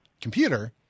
computer